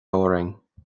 orainn